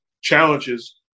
challenges